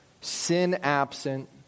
sin-absent